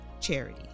charity